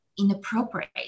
inappropriate